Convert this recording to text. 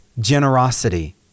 generosity